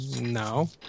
No